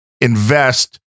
invest